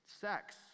Sex